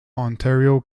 ontario